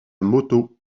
moto